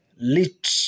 lit